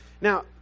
Now